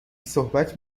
صحبت